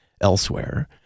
elsewhere